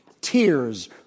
tears